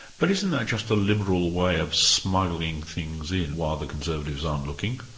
but isn't that just a liberal way of smuggling things in while the conservatives aren't looking?